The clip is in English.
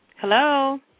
Hello